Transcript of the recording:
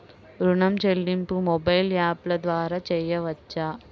ఋణం చెల్లింపు మొబైల్ యాప్ల ద్వార చేయవచ్చా?